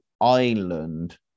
Island